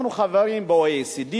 אנחנו חברים ב-OECD,